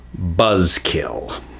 buzzkill